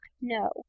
no